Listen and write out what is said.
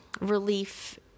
relief